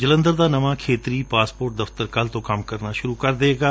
ਜਲੰਧਰ ਦਾ ਨਵਾਂ ਖੇਤਰੀ ਪਾਸ ਪੋਰਟ ਦਫ਼ਤਰ ਕੱਲ੍ਹ ਤੋ ਕੰਮ ਕਰਨਾ ਸੁਰੂ ਕਰ ਦੇਵੇਗਾ